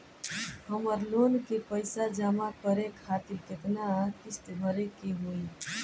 हमर लोन के पइसा जमा करे खातिर केतना किस्त भरे के होई?